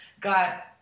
got